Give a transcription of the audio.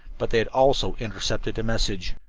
but they had also intercepted a message,